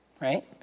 right